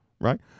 right